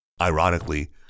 Ironically